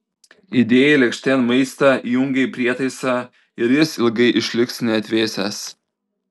įdėjai lėkštėn maistą įjungei prietaisą ir jis ilgai išliks neatvėsęs